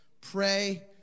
Pray